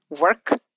work